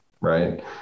right